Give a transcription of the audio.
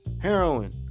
heroin